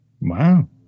Wow